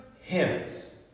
hymns